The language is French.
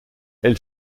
elle